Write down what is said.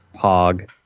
Pog